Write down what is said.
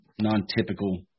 non-typical